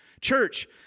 Church